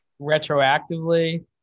Retroactively